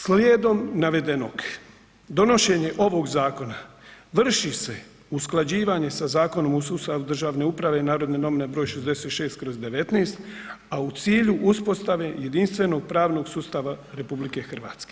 Slijedom navedenog donošenje ovog zakona vrši se usklađivanje sa Zakonom o sustavu državne uprave NN br. 66/19, a u cilju uspostave jedinstvenog pravnog sustava RH.